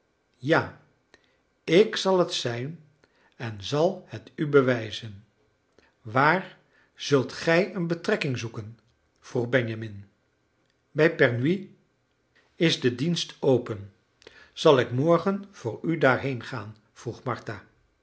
ja ik zal het zijn en zal het u bewijzen waar zult gij een betrekking zoeken vroeg benjamin bij pernuit is de dienst open zal ik morgen voor u daarheengaan vroeg martha